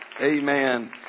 Amen